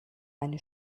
eine